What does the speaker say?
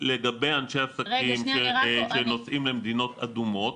לגבי אנשי עסקים שנוסעים למדינות אדומות,